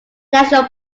national